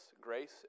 grace